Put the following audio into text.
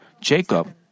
Jacob